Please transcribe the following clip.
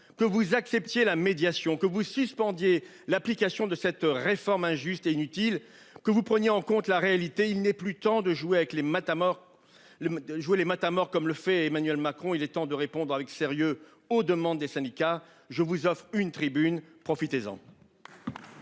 que vous acceptiez la médiation que vous suspendez l'application de cette réforme injuste et inutile que vous preniez en compte la réalité, il n'est plus tant de jouer avec les matamores le jouer les matamores comme le fait Emmanuel Macron. Il est temps de répondre avec sérieux aux demandes des syndicats. Je vous offre une tribune profitez en.